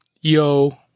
Yo